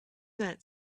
that